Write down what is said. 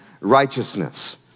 righteousness